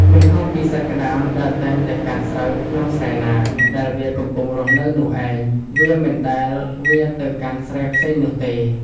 មិនខុសពីសត្វក្តាមដែលតែងតែកាត់ស្រូវក្នុងស្រែណា ដែលវាកំពុងរស់នៅនោះឯង វាមិនដែលវារទៅកាន់ស្រែផ្សេងនោះទេ ។